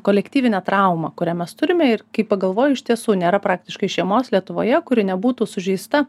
kolektyvinę traumą kurią mes turime ir kai pagalvoji iš tiesų nėra praktiškai šeimos lietuvoje kuri nebūtų sužeista